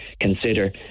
consider